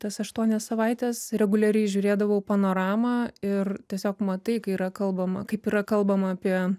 tas aštuonias savaites reguliariai žiūrėdavau panoramą ir tiesiog matai kai yra kalbama kaip yra kalbama apie